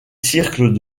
cirque